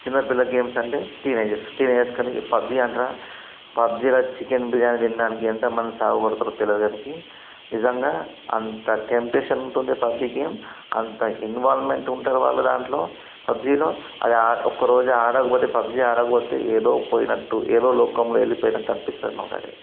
చిన్నపిల్లల గేమ్స్ అంటే టీనేజర్స్ టీనేజర్స్కని ఈ పబ్జీ అంటరా పబ్జీల చికెన్ బిర్యానీ తినడానికి ఎంతమందిని చావకొడతారో తెలియదు కానీ నిజంగా అంత టెంప్టేషన్ ఉంటుంది పబ్జీ గేమ్ అంత ఇన్వాల్వ్మెంట్ ఉంటారు వాళ్ళు దాంట్లో పబ్జీలో అది ఒక్కరోజు ఆడకపోతే పబ్జీ ఆడకపోతే ఏదో పోయినట్టు ఏదో లోకంలో వెళ్ళిపోయినట్టు అనిపిస్తుంది మాకు అది